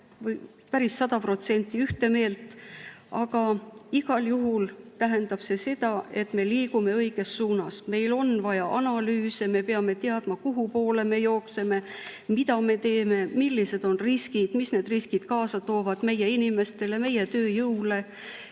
protsenti ühte meelt, aga igal juhul tähendab see seda, et me liigume õiges suunas. Meil on vaja analüüse, me peame teadma, kuhupoole me jookseme, mida me teeme, millised on riskid, mis need riskid toovad kaasa meie inimestele, meie tööjõule,